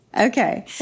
Okay